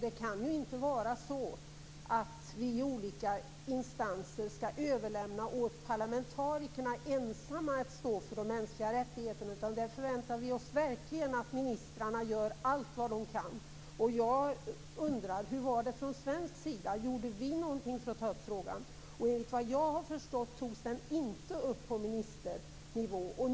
Det kan inte vara så att vi i olika instanser skall överlämna åt parlamentarikerna ensamma att stå för de mänskliga rättigheterna, utan där förväntar vi oss verkligen att ministrarna gör allt vad de kan. Hur var det, gjorde vi från svensk sida någonting för att ta upp frågan? Enligt vad jag har förstått togs den inte upp på ministernivå.